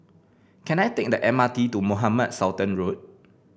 can I take the M R T to Mohamed Sultan Road